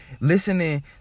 listening